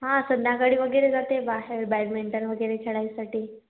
हा संध्याकाळी वगैरे जाते बाहेर बॅडमिंटन वगैरे खेळायसाठी